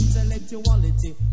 intellectuality